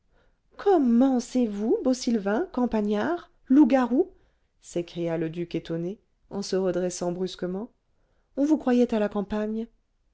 comment c'est vous beau sylvain campagnard loup-garou s'écria le duc étonné en se redressant brusquement on vous croyait à la campagne